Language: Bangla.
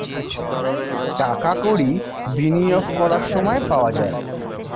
টাকা কড়ি বিনিয়োগ করার সময় পাওয়া যায়